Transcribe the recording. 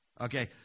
Okay